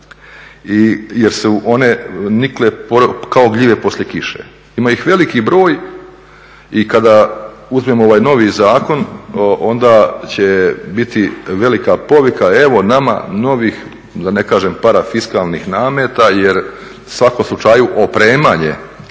jer su one nikle kao gljive poslije kiše. Ima ih veliki broj i kada uzmemo ovaj novi zakon onda će biti velika povika evo nama novih da ne kažem parafiskalnih nameta jer u svakom slučaju opremanje